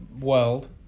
world